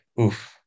Oof